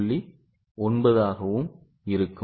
9 ஆகவும் இருக்கும்